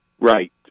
Right